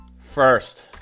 First